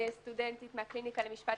סטודנטית מהקליניקה למשפט,